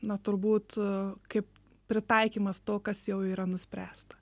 na turbūt kaip pritaikymas to kas jau yra nuspręsta